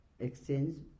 Exchange